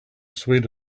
swayed